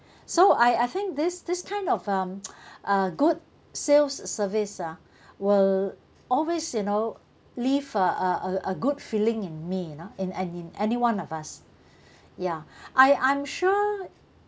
so I I think this this kind of um uh good sales service ah will always you know leave uh uh uh a good feeling in me you know and in and in anyone of us ya I I'm sure